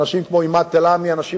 אנשים